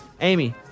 Amy